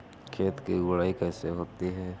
खेत की गुड़ाई कैसे होती हैं?